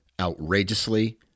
Outrageously